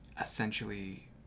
essentially